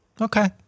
Okay